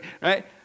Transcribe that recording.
right